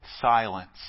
silence